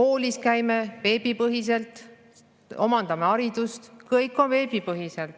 koolis käime veebipõhiselt ja omandame nii haridust, kõik on veebipõhine.